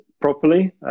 properly